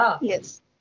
Yes